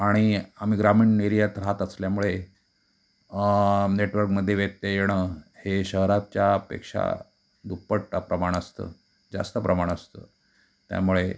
आणि आम्ही ग्रामीण एरियात राहत असल्यामुळे नेटवर्कमध्ये व्यत्यय येणं हे शहराच्या पेक्षा दुप्पट टा प्रमाण असतं जास्त प्रमाण असतं त्यामुळे